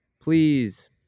Please